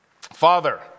Father